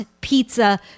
Pizza